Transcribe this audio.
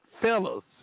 fellas